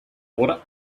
order